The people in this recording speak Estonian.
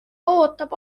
ootab